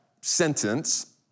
sentence